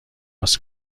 باز